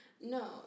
no